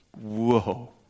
Whoa